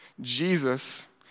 Jesus